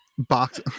box